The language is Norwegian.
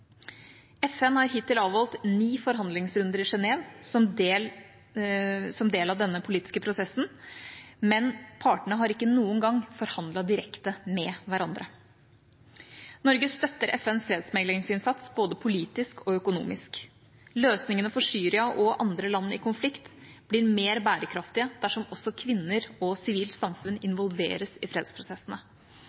FN har hittil avholdt ni forhandlingsrunder i Genève som del av denne politiske prosessen, men partene har ikke noen gang forhandlet direkte med hverandre. Norge støtter FNs fredsmeklingsinnsats, både politisk og økonomisk. Løsningene for Syria og andre land i konflikt blir mer bærekraftige dersom også kvinner og sivilt samfunn involveres i fredsprosessene.